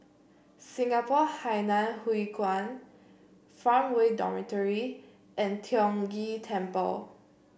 Singapore Hainan Hwee Kuan Farmway Dormitory and Tiong Ghee Temple